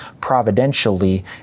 providentially